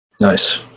Nice